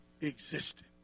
existed